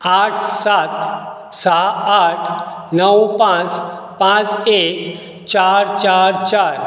आठ सात साहा आठ णव पांच पांच एक चार चार चार